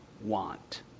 want